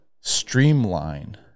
streamline